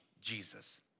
Jesus